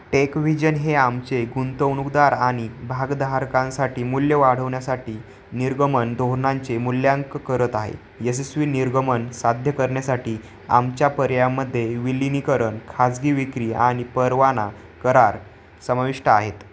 TechVision हे आमचे गुंतवणूकदार आणि भागधारकांसाठी मूल्य वाढवण्यासाठी निर्गमन धोरणांचे मूल्यांकन करत आहे यशस्वी निर्गमन साध्य करण्यासाठी आमच्या पर्यायामध्ये विलिनीकरण खाजगी विक्री आणि परवाना करार समाविष्ट आहेत